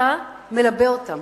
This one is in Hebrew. אתה מלבה אותם.